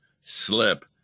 slip